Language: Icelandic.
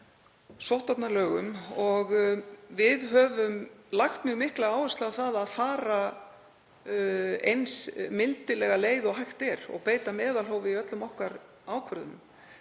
sóttvarnalögum og við höfum lagt mjög mikla áherslu á að fara eins mildilega leið og hægt er og beita meðalhófi í öllum ákvörðunum